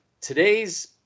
today's